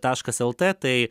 taškas lt tai